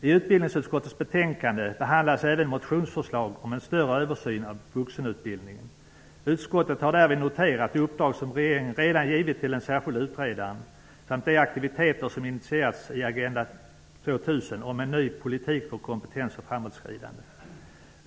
I utbildningsutskottets betänkande behandlas även motionsförslag om en större översyn av vuxenutbildningen. Utskottet har därvid noterat det uppdrag som regeringen redan givit till den särskilde utredaren samt de aktiviteter som initierats i Agenda 2000 om en ny politik för kompetens och framåtskridande.